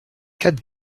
quatre